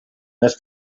més